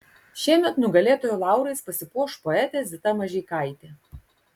šiemet nugalėtojo laurais pasipuoš poetė zita mažeikaitė